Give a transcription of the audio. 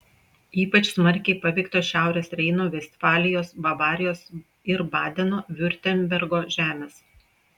ypač smarkiai paveiktos šiaurės reino vestfalijos bavarijos ir badeno viurtembergo žemės